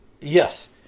Yes